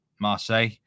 Marseille